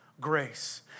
grace